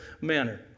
manner